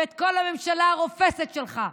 ואת כל הממשלה הרופסת שלך.